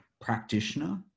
practitioner